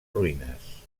ruïnes